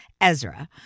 Ezra